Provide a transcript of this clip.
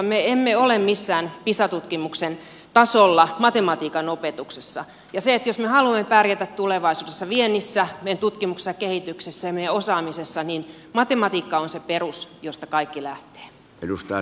me emme ole missään pisa tutkimuksen tasolla matematiikan opetuksessa ja jos me haluamme pärjätä tulevaisuudessa viennissä meidän tutkimuksessamme ja kehityksessämme ja meidän osaamisessamme niin matematiikka on se perus josta kaikki lähtee